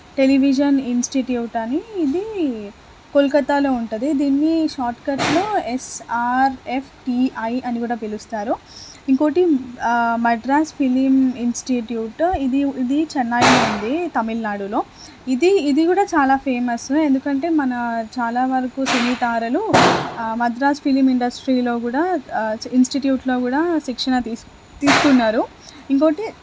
television institute అని ఇది కోల్కత్తాలో ఉంటుంది దీని షార్ట్కట్లో ఎస్ ఆర్ఎఫ్టీఐ అని కూడా పిలుస్తారు ఇంకొటి మద్రాస్ ఫిలిం ఇన్స్టిట్యూట్ ఇది ఇది చెన్నైలో ఉంది తమిళనాడులో ఇది ఇది కూడా చాలా ఫేమస్ ఎందుకంటే మన చాలావరకు సినీ తారలు మద్రాస్ ఫిలిం ఇండస్ట్రీలో కూడా ఇన్స్టిట్యూట్లో కూడా శిక్షణ తీసుకున్నారు ఇంకొకటి